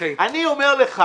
אני אומר לך